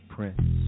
Prince